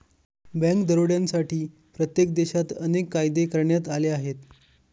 bank दरोड्यांसाठी प्रत्येक देशात अनेक कायदे करण्यात आले आहेत